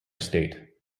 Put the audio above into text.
state